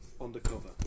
Undercover